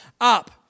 up